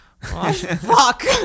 fuck